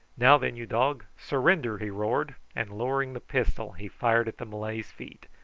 now then, you dog surrender he roared and lowering the pistol he fired at the malay's feet,